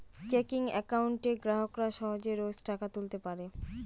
checking একাউন্টে গ্রাহকরা সহজে রোজ টাকা তুলতে পারে